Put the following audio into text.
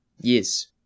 Yes